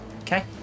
Okay